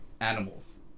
animals